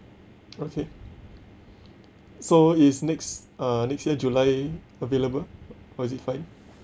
okay so is next uh next year july available or is it fine